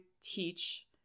teach